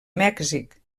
mèxic